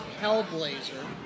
Hellblazer